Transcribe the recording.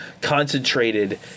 concentrated